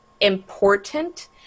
important